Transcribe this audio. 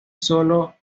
sólo